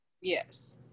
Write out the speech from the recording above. Yes